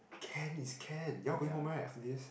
can is can you all going home right after this